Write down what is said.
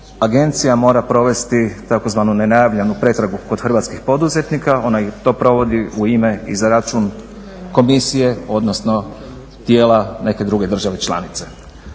Agencija mora provesti tzv. nenajavljenu pretragu kod hrvatskih poduzetnika. Ona i to provodi u ime i za račun komisije, odnosno tijela neke druge države članice.